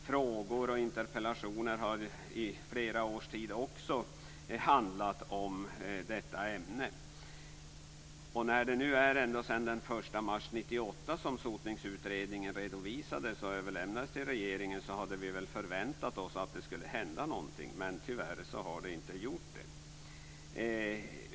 Frågor och interpellationer har under flera års tid också handlat om detta ämne. Sotningsutredningen redovisades och överlämnades till regeringen i mars 1998. Vi hade därför förväntat oss att det skulle hända någonting, men tyvärr har det inte gjort det.